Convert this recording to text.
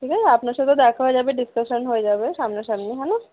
ঠিক আছে আপনার সাথে দেখা হয়ে যাবে ডিসকাশন হয়ে যাবে সামনাসামনি হ্যাঁ না